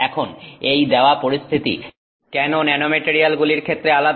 এখন এই দেওয়া পরিস্থিতি কেন ন্যানোমেটারিয়ালগুলির ক্ষেত্রে আলাদা